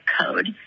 code